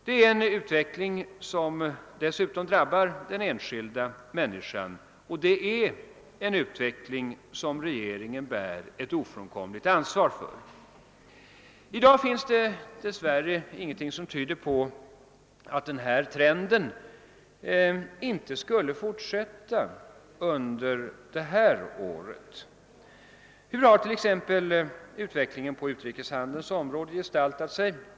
Det är en utveckling som dessutom drabbar den enskilda människan, och det är en utveckling som regeringen bär ofrånkomligt ansvar för. I dag finns dessvärre ingenting som tyder på att den här trenden inte skulle fortsätta under detta år. Hur har t.ex. utvecklingen på utrikeshandelns område gestaltat sig?